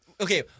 Okay